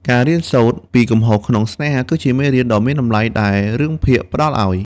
ការរៀនសូត្រ ពីកំហុសក្នុងស្នេហាគឺជាមេរៀនដ៏មានតម្លៃដែលរឿងភាគផ្តល់ឱ្យ។